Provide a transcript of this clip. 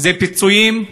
אלה פיצויים,